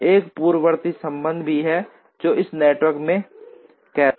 एक पूर्ववर्ती संबंध भी है जो इस नेटवर्क में भी कैद है